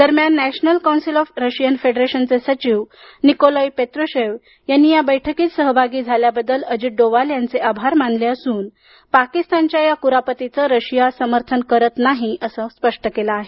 दरम्यान national council of Russian फेडरेशनचे सचिव निकोलाई पेत्रुशेव यांनी या बैठकीत सहभागी झाल्याबद्दल अजित डोवाल यांचे आभार मानले असून पाकिस्तानच्या या कुरपतींचं रशिया समर्थन करत नाही असं स्पष्ट केलं आहे